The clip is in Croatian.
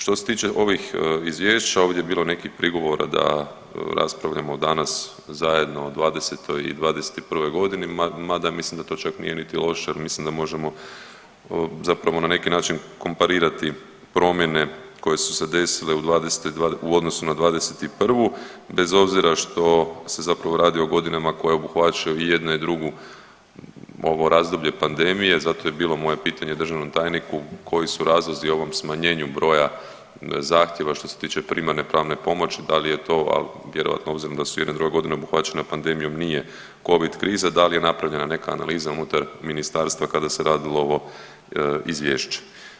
Što se tiče ovih izvješća ovdje je bilo nekih prigovora da raspravljamo danas zajedno o '20. i '21.g., mada mislim da to čak nije niti loše, mislim da možemo zapravo na neki način komparirati promjene koje su se desile u '20.-toj u odnosu na '21.-u bez obzira što se zapravo radi o godinama koje obuhvaćaju i jedna i druga ovo razdoblje pandemije, zato je bilo moje pitanje državnom tajniku koji su razlozi ovom smanjenju broja zahtjeva što se tiče primarne pravne pomoći, da li je to, al vjerojatno obzirom da su i jedna i druga godina obuhvaćene pandemijom nije covid kriza, da li je napravljena neka analiza unutar ministarstva kada se radilo ovo izvješće.